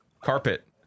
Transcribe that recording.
carpet